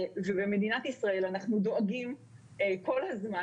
במדינת ישראל אנחנו דואגים כל הזמן